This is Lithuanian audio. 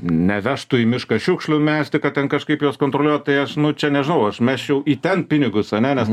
nevežtų į mišką šiukšlių mesti ką ten kažkaip juos kontroliuot tai aš čia nežinau aš mesčiau į ten pinigus ane nes